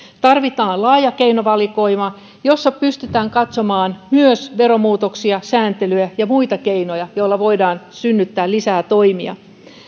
tarvitaan laaja keinovalikoima jossa pystytään katsomaan myös veromuutoksia sääntelyä ja muita keinoja joilla voidaan synnyttää lisää toimia